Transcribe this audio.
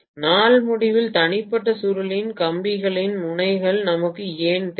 மாணவர் நாள் முடிவில் தனிப்பட்ட சுருள்களின் கம்பிகளின் முனைகள் நமக்கு ஏன் தேவை